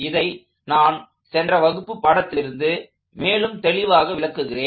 இதை நான் சென்ற வகுப்பு பாடத்திலிருந்து மேலும் தெளிவாக விளக்குகிறேன்